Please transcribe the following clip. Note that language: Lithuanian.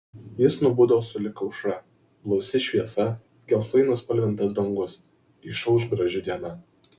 jis nubudo sulig aušra blausi šviesa gelsvai nuspalvintas dangus išauš graži diena